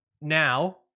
now